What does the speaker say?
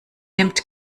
nimmt